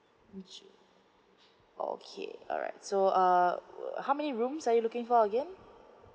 okay alright so uh how many rooms are you looking for again